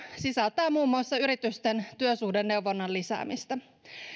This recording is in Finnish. sisältää muun muassa yritysten työsuhdeneuvonnan lisäämistä